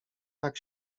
tak